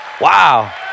wow